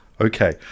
Okay